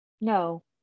No